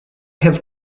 have